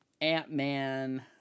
Ant-Man